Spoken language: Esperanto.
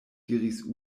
diris